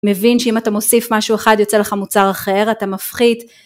מבין שאם אתה מוסיף משהו אחד, יוצא לך מוצר אחר, אתה מפחית.